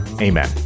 Amen